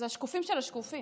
אז השקופים של השקופים,